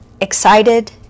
excited